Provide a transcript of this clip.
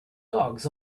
dogs